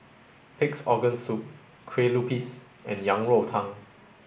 pig's organ soup Kueh Lupis and Yang Rou Tang